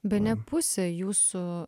bene pusė jūsų